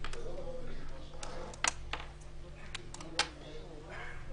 התקנות אושרו.